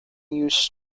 use